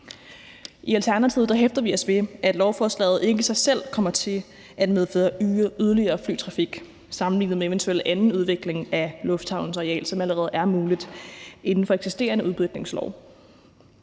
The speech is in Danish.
I Alternativet hæfter vi os ved, at lovforslaget ikke i sig selv kommer til at medføre yderligere flytrafik sammenlignet med en eventuel anden udvikling af lufthavnens areal, som allerede er muligt inden for eksisterende udbygningslov.